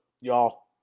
y'all